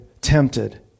tempted